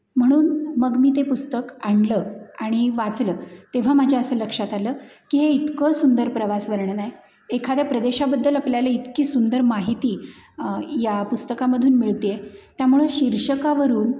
म्हणून मग मी ते पुस्तक आणलं आणि वाचलं तेव्हा माझ्या असं लक्षात आलं की हे इतकं सुंदर प्रवासवर्णन आहे एखाद्या प्रदेशाबद्दल आपल्याला इतकी सुंदर माहिती या पुस्तकामधून मिळते आहे त्यामुळं शीर्षकावरून